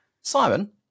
Simon